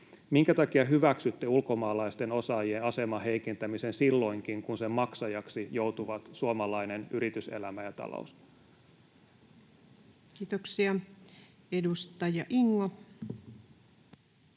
Minkä takia hyväksytte ulkomaalaisten osaajien aseman heikentämisen silloinkin, kun sen maksajaksi joutuvat suomalainen yrityselämä ja talous? [Speech 118]